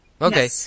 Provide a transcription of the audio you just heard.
Okay